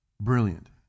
brilliant